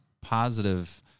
positive